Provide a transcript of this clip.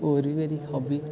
होर बी मेरी हाबी